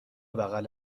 بغل